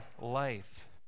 life